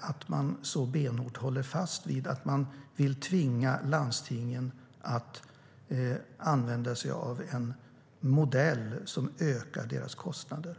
att man så benhårt håller fast vid att man vill tvinga landstingen att använda sig av en modell som ökar deras kostnader.